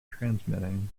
transmitting